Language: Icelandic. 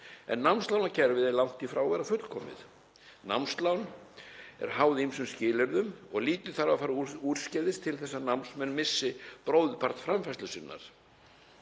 en námslánakerfið er langt frá því að vera fullkomið. Námslán eru háð ýmsum skilyrðum og lítið þarf að fara úrskeiðis til þess að námsmenn missi bróðurpart framfærslu sinnar.